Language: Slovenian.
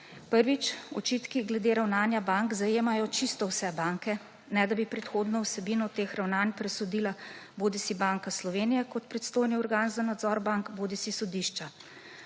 Prvič. Očitki glede ravnanja bank zajemajo čisto vse banke, ne da bi predhodno vsebino teh ravnanj presodila bodisi Banka Slovenije kot pristojni organ za nadzor bank bodisi sodišča.